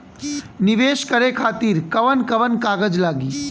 नीवेश करे खातिर कवन कवन कागज लागि?